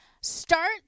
start